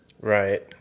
Right